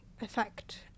effect